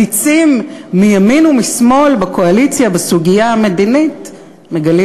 הנצים מימין ומשמאל בקואליציה בסוגיה המדינית מגלים